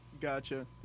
gotcha